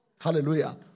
Hallelujah